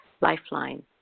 lifeline